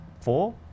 four